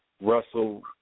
Russell